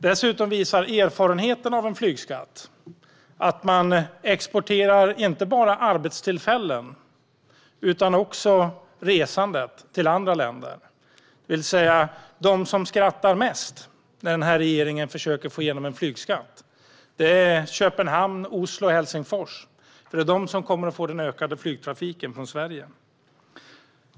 Vidare visar erfarenheterna av flygskatt att man inte bara exporterar arbetstillfällen utan också resandet till andra länder. De som skrattar mest om regeringen får igenom en flygskatt är Köpenhamn, Oslo och Helsingfors, för det är de som kommer att få den ökade flygtrafiken från Sverige.